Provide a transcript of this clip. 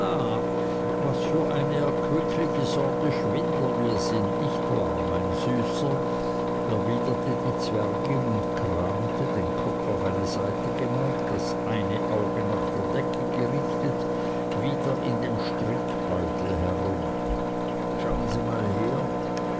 was für eine erquickliche sorte schwindler wir sind nicht wahr mein süßer erwiderte die zwergin und kramte den kopf auf eine seite geneigt das eine auge nach der decke gerichtet wieder in dem strickbeutel herum schauen sie mal her